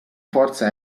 forza